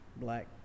Black